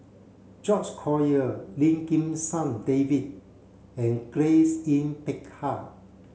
George Collyer Lim Kim San David and Grace Yin Peck Ha